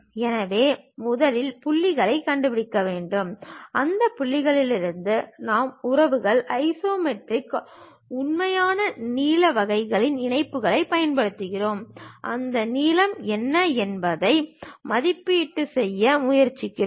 எனவே முதலில் புள்ளிகளைக் கண்டுபிடிக்க வேண்டும் அந்த புள்ளிகளிலிருந்து நாம் உறவுகள் ஐசோமெட்ரிக் உண்மையான நீள வகையான இணைப்புகளைப் பயன்படுத்துகிறோம் அந்த நீளம் என்ன என்பதை மதிப்பீடு செய்ய முயற்சிக்கவும்